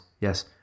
Yes